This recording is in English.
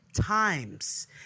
times